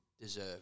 deserve